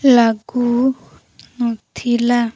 ଲାଗୁ ନଥିଲା